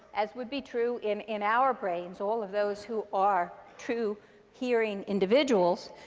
as would be true in in our brains, all of those who are true hearing individuals,